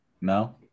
No